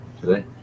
today